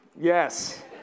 Yes